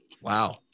Wow